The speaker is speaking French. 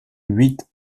huit